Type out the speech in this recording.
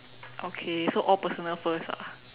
okay so all personal first ah